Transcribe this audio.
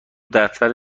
دفتر